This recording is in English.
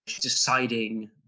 deciding